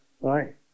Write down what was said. right